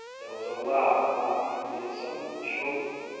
there was a loud laugh from the assembled children.